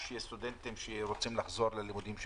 יש סטודנטים שרוצים לחזור ללימודים שלהם,